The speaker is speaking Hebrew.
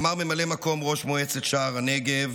אמר ממלא מקום ראש מועצת שער הנגב